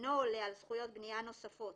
שאינו עולה על זכויות בנייה נוספות